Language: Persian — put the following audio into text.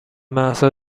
مهسا